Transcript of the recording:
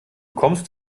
kommst